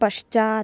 पश्चात्